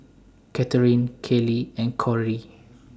Catherine Kayli and Cori